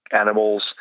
animals